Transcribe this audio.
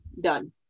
Done